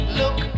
look